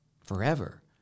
forever